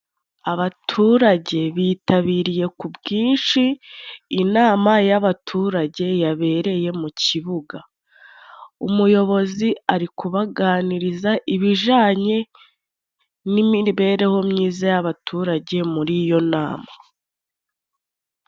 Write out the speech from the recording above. Abaturage bitabiriye k'ubwinshi inama y'abaturage yabereye mu kibuga, umuyobozi ari kubaganiriza ibijyanye n'imibereho myiza y'abaturage muri iyo nama.